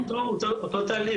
אותו תהליך.